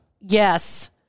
Yes